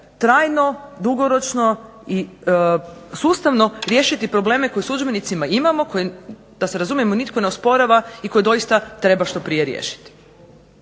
trajno, dugoročno i sustavno riješiti probleme koje s udžbenicima imamo koje da se razumijemo nitko ne osporava i koje doista treba što prije riješiti.